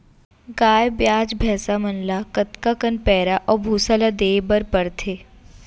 गाय ब्याज भैसा मन ल कतका कन पैरा अऊ भूसा ल देये बर पढ़थे?